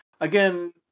again